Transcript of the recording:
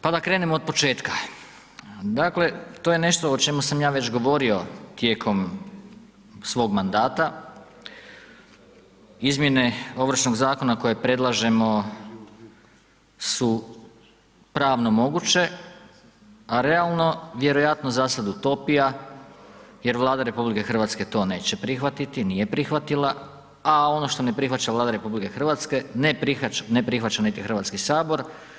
Pa da krenemo od početka, dakle to je nešto o čemu sam ja već govorio tijekom svog mandata izmjene Ovršnog zakona koje predlažemo su pravno moguće, a realno vjerojatno za sada utopija jer Vlada RH to neće prihvatiti, nije prihvatila, a ono što ne prihvaća Vlada RH ne prihvaća niti Hrvatski sabor.